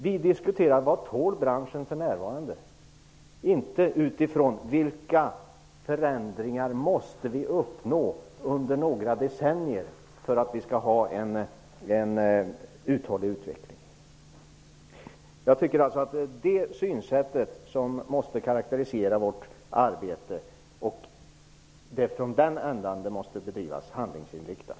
Vi diskuterar utifrån vad bilbranschen tål för närvarande, inte utifrån vilka förändringar vi måste uppnå under några decennier för att vi skall få en uthållig utveckling. Det är det synsättet som måste karaktärisera vårt arbete. Det är från den änden arbetet måste börja bedrivas handlingsinriktat.